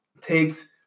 takes